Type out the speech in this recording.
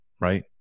Right